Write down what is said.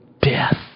death